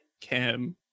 Kim